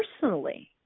personally